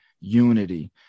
unity